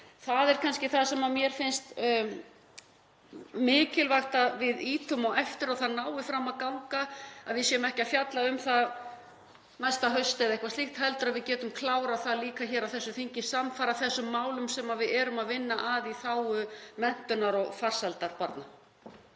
á yfirstandandi þingi. Mér finnst mikilvægt að við ýtum á eftir því að það nái fram að ganga, að við séum ekki að fjalla um það næsta haust eða eitthvað slíkt heldur að við getum klárað það líka hér á þessu þingi samfara þessum málum sem við erum að vinna að í þágu menntunar og farsældar barna.